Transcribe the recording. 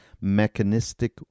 mechanistic